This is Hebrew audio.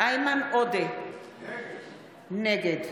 איימן עודה, נגד